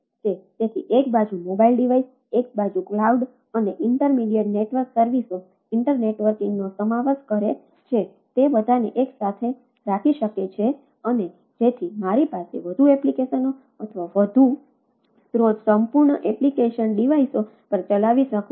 તેથી એક બાજુ મોબાઇલ ડિવાઈસ એક બાજુ ક્લાઉડ પર ચલાવી શકું છું